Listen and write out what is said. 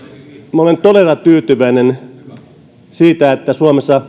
minä olen todella tyytyväinen siitä että suomessa